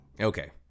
Okay